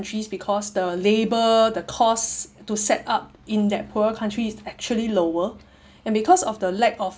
because the labor the costs to set up in that poorer country is actually lower and because of the lack of